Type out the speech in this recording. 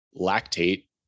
lactate